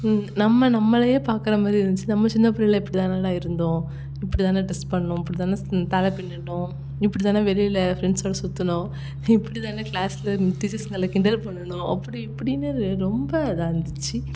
நம்ம நம்மளையே பார்க்கற மாதிரி இருந்துச்சு நம்ம சின்ன பிள்ளையில இப்படி தானடா இருந்தோம் இப்படி தானே ட்ரெஸ் பண்ணோம் இப்படி தானே தலை பின்னுனோம் இப்படி தானே வெளியில ஃப்ரெண்ட்ஸோடய சுத்துனோம் இப்படி தானே க்ளாஸ்ல டீச்சர்ஸுங்கள கிண்டல் பண்ணுனோம் அப்படி இப்படின்னு ரொம்ப இதாக இருந்துச்சு